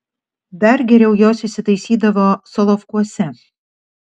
dar geriau jos įsitaisydavo solovkuose